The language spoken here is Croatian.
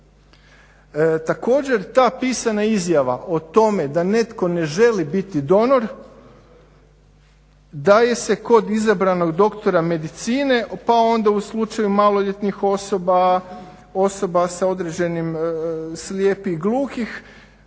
Također ta pisana izjava o tome da netko ne želi biti donor daje se kod izabranog doktora medicine pa onda u slučaju maloljetnih osoba, osoba sa određenim, slijepih i gluhih,